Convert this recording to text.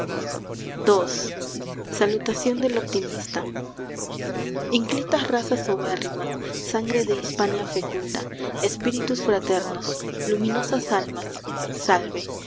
ii salutación del optimista inclitas razas ubérrimas sangre de hispania fecunda espíritus fraternos luminosas almas salve